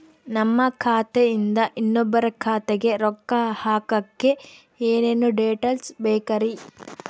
ನಮ್ಮ ಖಾತೆಯಿಂದ ಇನ್ನೊಬ್ಬರ ಖಾತೆಗೆ ರೊಕ್ಕ ಹಾಕಕ್ಕೆ ಏನೇನು ಡೇಟೇಲ್ಸ್ ಬೇಕರಿ?